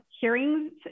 hearings